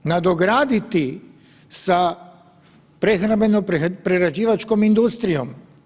Nadograditi sa prehrambeno-prerađivačkom industrijom.